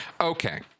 Okay